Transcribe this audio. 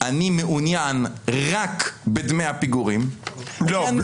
אני מעוניין רק בדמי הפיגורים --- לא.